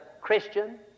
Christian